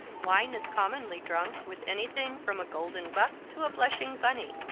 wine is commonly drunk with anything from a golden buck to a blushing bunny.